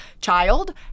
child